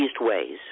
ways